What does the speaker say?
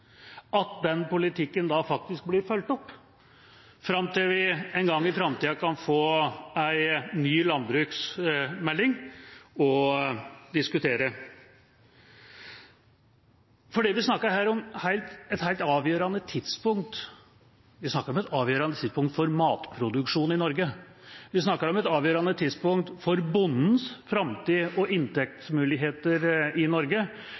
at den politikken faktisk blir fulgt opp fram til vi en gang i framtida kan få en ny landbruksmelding å diskutere. Det vi snakker om her, er et helt avgjørende tidspunkt – vi snakker om et avgjørende tidspunkt for matproduksjonen i Norge, vi snakker om et avgjørende tidspunkt for bondens framtid og inntektsmuligheter i Norge,